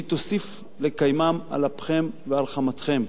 והיא תוסיף לקיימם על אפכם ועל חמתכם.